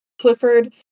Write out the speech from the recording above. Clifford